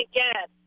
Again